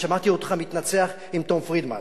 שמעתי אותך מתנצח עם תום פרידמן,